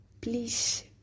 please